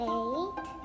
eight